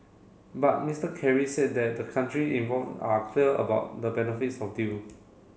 but Mister Kerry said that the country involve are clear about the benefits of deal